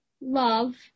love